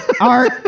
Art